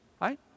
right